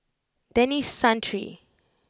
Denis Santry